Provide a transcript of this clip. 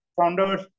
founders